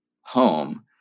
home